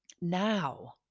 now